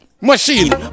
machine